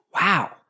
wow